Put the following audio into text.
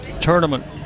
tournament